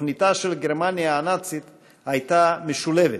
שתוכניתה של גרמניה הנאצית הייתה משולבת.